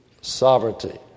sovereignty